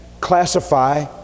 classify